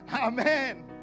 Amen